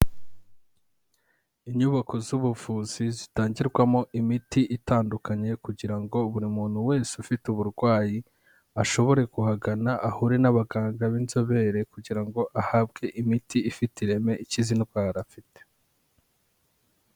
Inyubako z'ubuvuzi zitangirwamo imiti itandukanye kugira ngo buri muntu wese ufite uburwayi, ashobore kuhagana ahure n'abaganga b'inzobere kugira ngo ahabwe imiti ifite ireme ikize indwara afite.